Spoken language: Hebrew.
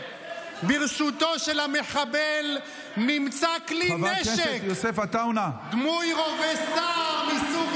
ברשותו של המחבל נמצא כלי נשק דמוי רובה סער מסוג